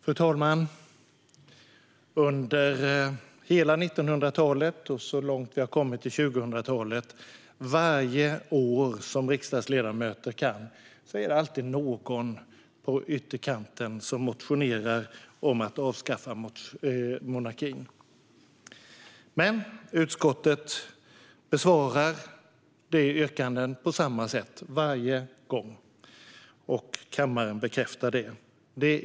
Fru talman! Under hela 1900-talet och så långt som vi har kommit på 2000-talet har det varje år som riksdagsledamöter har kunnat alltid varit någon på ytterkanten som motionerat om att avskaffa monarkin. Utskottet besvarar de yrkandena på samma sätt varje gång och kammaren bekräftar det.